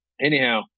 anyhow